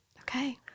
Okay